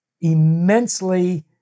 immensely